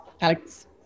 Alex